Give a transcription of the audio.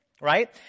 Right